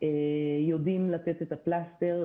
יודעים לתת את הפלסטר.